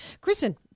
Kristen